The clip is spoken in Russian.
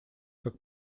как